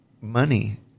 money